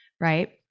Right